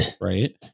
right